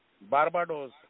Barbados